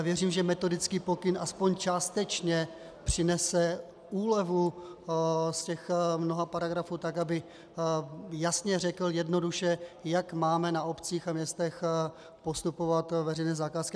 Věřím, že metodický pokyn aspoň částečně přinese úlevu z těch mnoha paragrafů tak, aby jasně a jednoduše řekl, jak máme na obcích a městech postupovat veřejné zakázky.